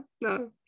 no